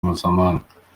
mpuzamahanga